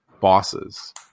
bosses